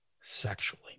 sexually